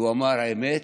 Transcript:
והוא אמר: האמת,